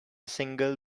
single